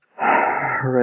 right